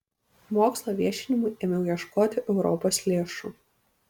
mokslo viešinimui ėmiau ieškoti europos lėšų